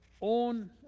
own